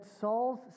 Saul's